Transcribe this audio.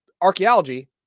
archaeology